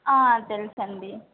తెలుసండి